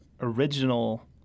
original